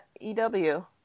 EW